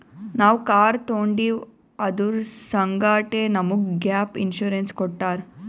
ನಾವ್ ಕಾರ್ ತೊಂಡಿವ್ ಅದುರ್ ಸಂಗಾಟೆ ನಮುಗ್ ಗ್ಯಾಪ್ ಇನ್ಸೂರೆನ್ಸ್ ಕೊಟ್ಟಾರ್